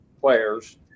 players